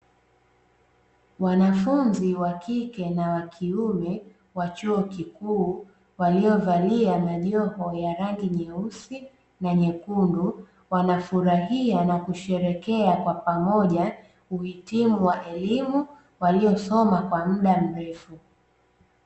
Wanafunzi wakike na wakiume wa chuo kikuu waliovalia majoho ya rangi nyeusu na nyekundu, wanafurahia na kusherehekea kwapamoja uhitimu wa elimu waliyosoma kwa mda mrefu.